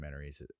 documentaries